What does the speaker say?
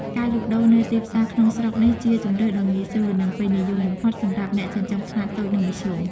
ការលក់ដូរនៅទីផ្សារក្នុងស្រុកនេះជាជម្រើសដ៏ងាយស្រួល និងពេញនិយមបំផុតសម្រាប់អ្នកចិញ្ចឹមខ្នាតតូចនិងមធ្យម។